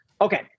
Okay